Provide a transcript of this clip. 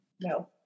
No